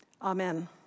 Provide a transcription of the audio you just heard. Amen